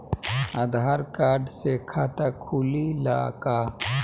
आधार card से खाता खुले ला का?